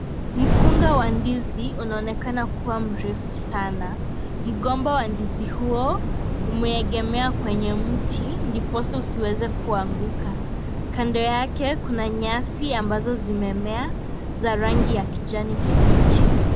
Mkunga wa ndizi unaonekana kuwa mrefu sana na mgomba wa ndizi huo umeegemea kwenye mti ndiposa usiweze kuanguka, kando yake kuna nyasi ambazo zimemea za rangi ya kijani kibichi.